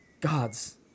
gods